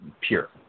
pure